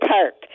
Park